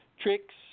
Tricks